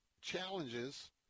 challenges